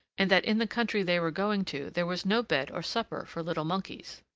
and that in the country they were going to there was no bed or supper for little monkeys.